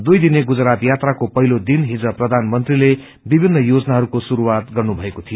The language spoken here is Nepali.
दुईदिने गुजरात यात्राको पहिलो दिन हिज प्रधानमंत्रीले विभिन्न योजनाहरूको शुरूआत गर्नुभएको थियो